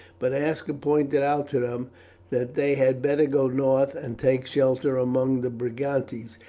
but aska pointed out to them that they had better go north and take shelter among the brigantes,